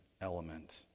element